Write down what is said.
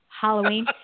Halloween